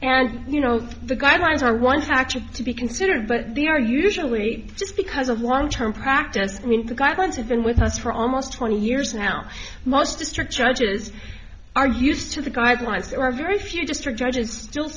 and you know the guidelines are ones actually to be considered but they are usually just because of one term practice i mean the guidelines have been with us for almost twenty years now most district judges are used to the guidelines there are very few district judges still